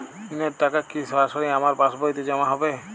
ঋণের টাকা কি সরাসরি আমার পাসবইতে জমা হবে?